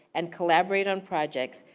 and collaborate on projects.